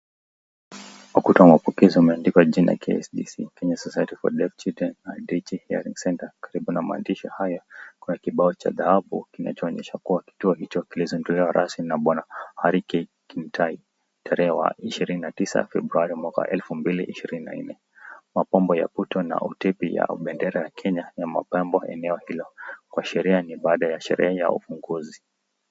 Ukuta wa mapokezi umeandikwa jina KSDC Kenya Society for Deaf Children and Hearing Centre . Karibu na maandishi haya kuna kibao cha dhahabu kinachoonyesha kuwa kituo hicho kilizinduliwa rasmi na Bwana Harrykey Kimutai terehe wa ishirini na tisa Februari mwaka wa elfu mbili ishirini na nne . Mapambo ya uto na utepe ya bendera ya Kenya yamepamba eneo hilo kuashiria ni baada ya shrehe ya ufunguzi.